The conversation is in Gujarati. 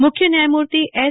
મુખ્ય ન્યાયમૂર્તી એસ